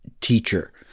teacher